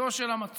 ראשיתו של המצור.